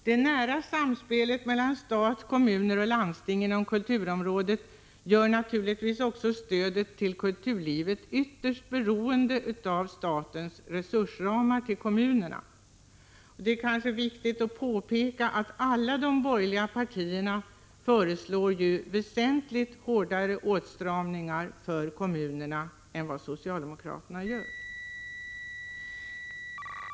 Det nära samspelet mellan stat, kommuner och landsting inom kulturområdet gör naturligtvis också stödet till kulturlivet ytterst beroende av statens resursramar för kommunerna. Det är viktigt att påpeka att alla de borgerliga partierna föreslår väsentligt hårdare åtstramningar för kommunerna än socialdemokraterna.